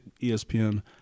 ESPN